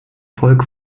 volk